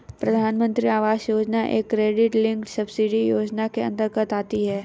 प्रधानमंत्री आवास योजना एक क्रेडिट लिंक्ड सब्सिडी योजना के अंतर्गत आती है